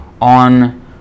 on